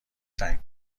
تنگ